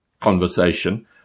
conversation